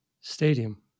stadium